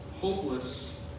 hopeless